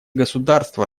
государства